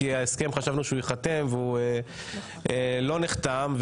כי חשבנו שההסכם ייחתם והוא לא נחתם.